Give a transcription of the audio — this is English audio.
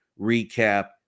recap